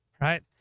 right